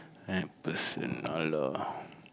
MacPherson [alah]